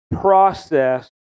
process